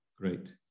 Great